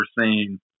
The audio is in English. seen